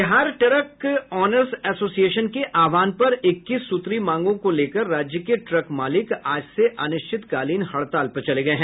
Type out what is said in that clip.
Bihar truck owners association के आह्वान पर इक्कीस सूत्री मांगों को लेकर राज्य के ट्रक मालिकों ने आज से अनिश्चितकालीन हड़ताल पर चले गये हैं